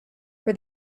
for